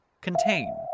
Contain